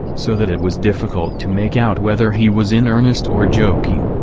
so that it was difficult to make out whether he was in earnest or joking.